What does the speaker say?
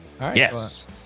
Yes